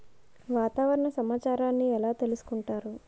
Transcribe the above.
వాతావరణ సమాచారాన్ని ఎలా తెలుసుకుంటారు?